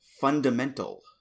Fundamental